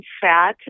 fat